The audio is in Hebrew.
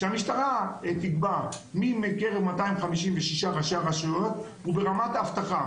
שהמשטרה תקבע מי מבין 256 ראשי הרשויות הוא ברמת אבטחה